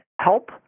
help